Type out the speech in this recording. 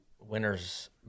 Winners